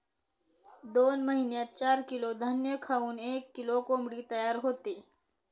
दोन महिन्यात चार किलो धान्य खाऊन एक किलो कोंबडी तयार होते